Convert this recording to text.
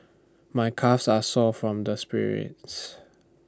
my calves are sore from all the sprints